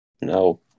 No